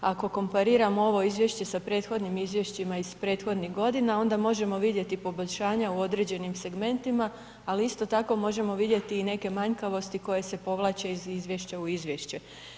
Ako kompariramo ovo izvješće sa prethodnim izvješćima iz prethodnih godina onda možemo vidjeti poboljšanja u određenim segmentima ali isto tako možemo vidjeti i neke manjkavosti koje se povlače iz izvješća u izvješće.